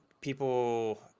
people